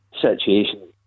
Situation